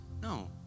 No